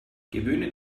gewöhne